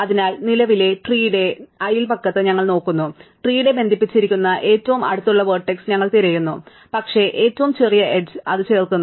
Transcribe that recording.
അതിനാൽ നിലവിലെ ട്രീടെ അയൽപക്കത്ത് ഞങ്ങൾ നോക്കുന്നു ട്രീടെ ബന്ധിപ്പിച്ചിരിക്കുന്ന ഏറ്റവും അടുത്തുള്ള വെർട്ടെക്സ് ഞങ്ങൾ തിരയുന്നു പക്ഷേ ഏറ്റവും ചെറിയ എഡ്ജ് ഞങ്ങൾ അത് ചേർക്കുന്നു